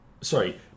Sorry